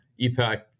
EPAC